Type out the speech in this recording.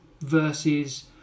versus